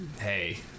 hey